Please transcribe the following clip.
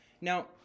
Now